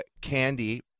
candy